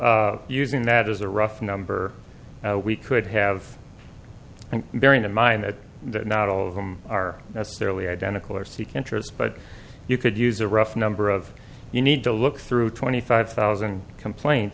so using that as a rough number we could have bearing in mind that not all of them are necessarily identical or seek interests but you could use a rough number of you need to look through twenty five thousand complain